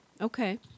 Okay